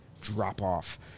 drop-off